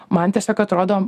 man tiesiog atrodo